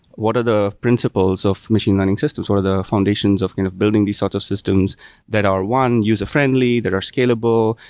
what are the principles of machine learning systems? what are the foundations of kind of building these sorts of systems that are, one, user-friendly, that are scalable,